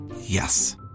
Yes